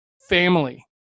family